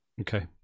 Okay